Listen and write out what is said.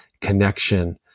connection